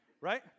Right